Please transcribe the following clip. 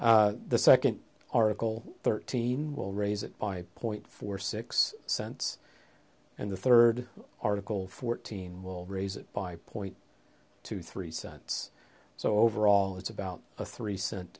sorry the second article thirteen will raise it by point four six cents and the third article fourteen will raise it by point two three cents so overall it's about a three cent